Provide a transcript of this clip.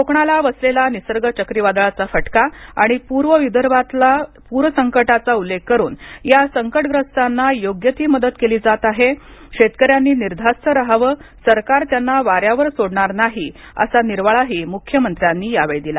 कोकणाला बसलेला निसर्ग चक्रीवादळचा फटका आणि पूर्व विदर्भातल्या पूर संकटाचा उल्लेख करून या संकटग्रस्तांना योग्य ती मदत केली जात आहे शेतकऱ्यांनी निर्धास्त रहावं सरकार त्यांना वाऱ्यावर सोडणार नाही असा निर्वाळाही मुख्यमंत्र्यांनी दिला